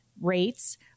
rates